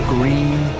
Green